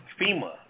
FEMA